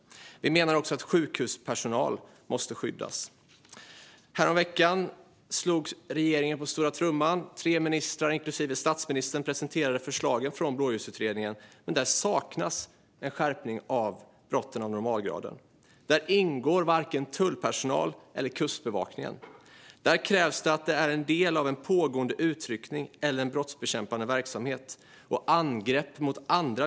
Vi menar också att sjukhuspersonal måste skyddas. Häromveckan slog regeringen på stora trumman. Tre ministrar, inklusive statsministern, presenterade förslagen från Blåljusutredningen. Där saknas en skärpning av brott av normalgraden. Där ingår varken tullpersonal eller Kustbevakningen. Där krävs att det är en del av en pågående utryckning eller en brottsbekämpande verksamhet.